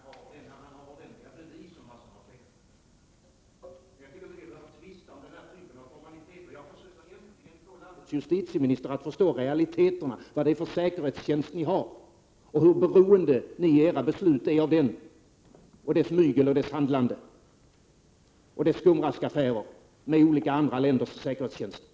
Herr talman! JO anmärker bara när han har ordentliga bevis för vad som har skett. Jag tycker inte att vi behöver tvista om den typen av formaliteter. Jag försöker få landets justitieminister att äntligen förstå realiteterna, vad det är för säkerhetstjänst ni har och hur beroende ni är i era beslut av säkerhetstjänstens handlande, dess mygel och skumraskaffärer med andra länders säkerhetstjänster.